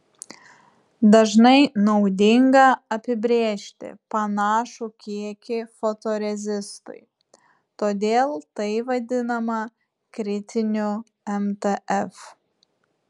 dažnai naudinga apibrėžti panašų kiekį fotorezistui todėl tai vadinama kritiniu mtf